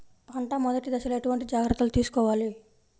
పంట మెదటి దశలో ఎటువంటి జాగ్రత్తలు తీసుకోవాలి?